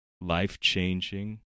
life-changing